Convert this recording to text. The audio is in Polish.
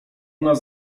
nas